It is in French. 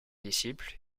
disciple